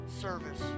service